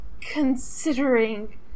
considering